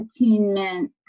attainment